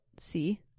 See